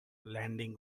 landing